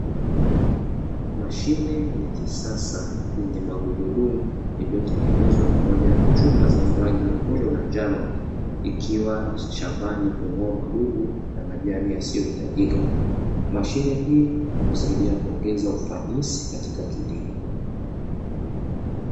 Mashine ya kisasa yenye magurudumu iliyotengenezwa pamoja na chuma zenye rangi nyekundu na njano ikiwa shambani kung'oa magugu na majani yasiyohitajika. Mashine hii husaidia kuongeza ufanisi katika kilimo.